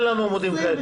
עמודים 27,